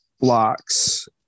blocks